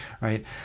right